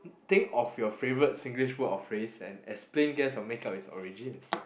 think of your favorite Singlish word or phrase and explain guess or make up its origins